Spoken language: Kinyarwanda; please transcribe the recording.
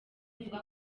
ivuga